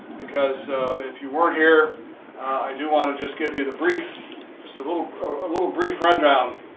because if you weren't here i do want to just give you the brief just a little a little brief rundown